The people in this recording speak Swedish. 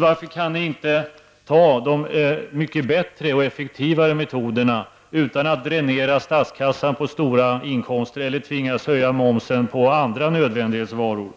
Varför kan ni då inte då anta de här mycket bättre och effektivare metoderna, så att statskassan inte dräneras -- staten skulle ju då förlora stora inkomster eller tvingas höja momsen på andra nödvändiga varor?